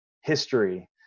history